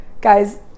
guys